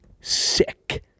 sick